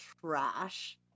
trash